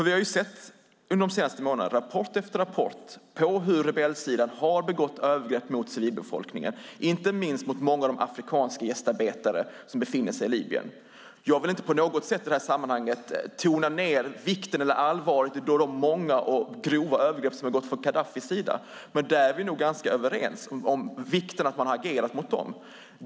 Vi har under de senaste månaderna sett rapport efter rapport om hur rebellsidan har begått övergrepp mot civilbefolkningen, inte minst mot många av de afrikanska gästarbetare som befinner sig i Libyen. Jag vill inte på något sätt i det här sammanhanget tona ned allvaret i de många och grova övergrepp som har begåtts från Gaddafis sida. Men där är vi nog ganska överens om vikten av att man har agerat mot dem.